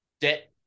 debt